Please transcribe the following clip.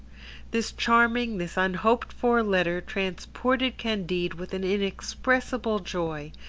this charming, this unhoped-for letter transported candide with an inexpressible joy,